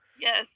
Yes